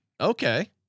Okay